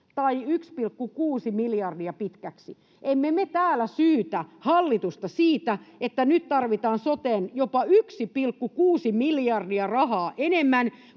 tai 1,6 miljardia pitkäksi. Emme me täällä syytä hallitusta siitä, että nyt tarvitaan soteen jopa 1,6 miljardia rahaa enemmän,